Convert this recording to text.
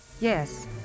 Yes